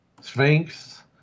Sphinx